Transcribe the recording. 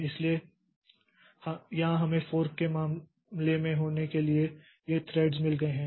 इसलिए यहां हमें फोर्क के मामले में होने के लिए ये थ्रेड्स मिल गए हैं